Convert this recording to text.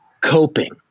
coping